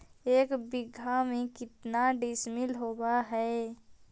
एक बीघा में केतना डिसिमिल होव हइ?